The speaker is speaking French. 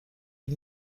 est